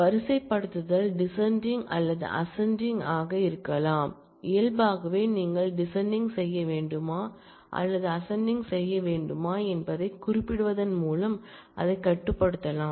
வரிசைப்படுத்துதல் டிசண்டிங் அல்லது அசண்டிங் ஆக இருக்கலாம் இயல்பாகவே நீங்கள் டிசண்டிங் செய்ய வேண்டுமா அல்லது அசண்டிங் செய்ய வேண்டுமா என்பதைக் குறிப்பிடுவதன் மூலம் அதைக் கட்டுப்படுத்தலாம்